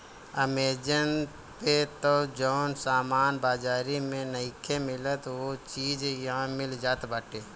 Amazon पे तअ जवन सामान बाजारी में नइखे मिलत उहो चीज इहा मिल जात बाटे